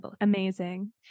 amazing